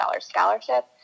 scholarship